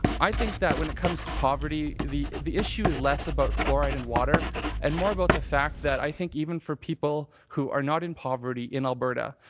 i think that when it comes to poverty the the issue is less about fluoride in water and more about the fact that i think even for people who are not in poverty in alberta,